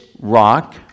rock